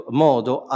modo